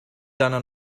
deiner